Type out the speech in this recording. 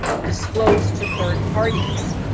disclosed to third parties.